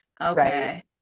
okay